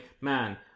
man